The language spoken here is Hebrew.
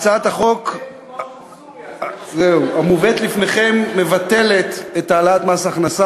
הצעת החוק המובאת לפניכם מבטלת את העלאת מס הכנסה,